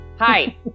Hi